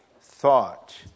thought